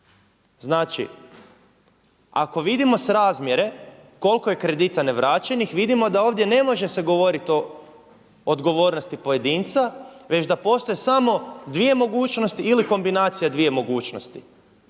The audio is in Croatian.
Znači ako vidimo srazmjere koliko je kredita ne vraćenih vidimo da se ovdje ne može govoriti o odgovornosti pojedinca, već da postoje samo dvije mogućnosti ili kombinacija dviju mogućnosti,